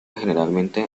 generalmente